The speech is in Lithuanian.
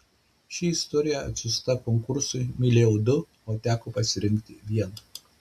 ši istorija atsiųsta konkursui mylėjau du o teko pasirinkti vieną